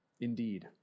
indeed